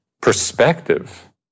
perspective